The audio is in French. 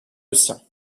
lucien